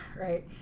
Right